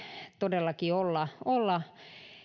todellakin olla